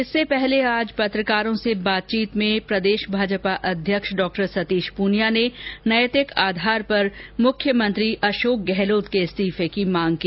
इससे पहले आज पत्रकारों से बातचीत में प्रदेश भाजपा अध्यक्ष डॉ सतीश पूनिया ने नैतिक आधार पर मुख्यमंत्री अशोक गहलोत के इस्तीफे की मांग की